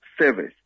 service